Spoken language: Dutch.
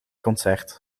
concert